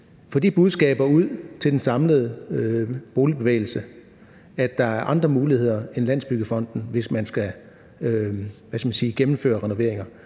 sige, budskaber ud til den samlede boligbevægelse, at der er andre muligheder end Landsbyggefonden, hvis man skal gennemføre renoveringer.